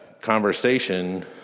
conversation